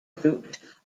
route